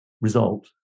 result